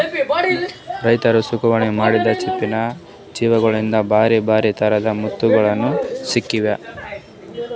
ರೈತರ್ ಸಾಗುವಳಿ ಮಾಡಿದ್ದ್ ಚಿಪ್ಪಿನ್ ಜೀವಿಗೋಳಿಂದ ಬ್ಯಾರೆ ಬ್ಯಾರೆ ಥರದ್ ಮುತ್ತುಗೋಳ್ ಸಿಕ್ತಾವ